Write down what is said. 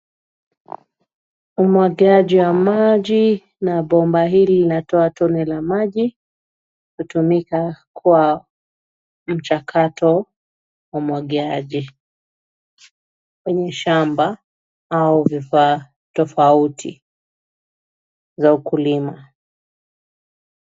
Umwagiaji wa maji na bomba hili linatoa tone la maji. Hutumika kwa mchakato waumwagiaji kwenye shamba au vifaa tofauti za ukulima.